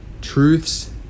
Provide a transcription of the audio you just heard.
truths